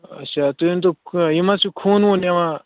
اَچھا تُہۍ ؤنۍتَو یہِ ما چھُ خوٗن ووٗن یِوان